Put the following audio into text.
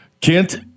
Kent